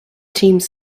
teams